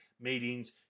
meetings